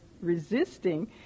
resisting